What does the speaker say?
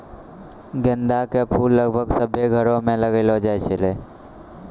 गेंदा के फूल लगभग सभ्भे घरो मे लगैलो जाय छै